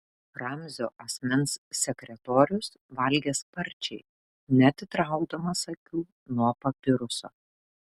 ramzio asmens sekretorius valgė sparčiai neatitraukdamas akių nuo papiruso